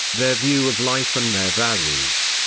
their view of life and their values.